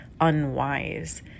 unwise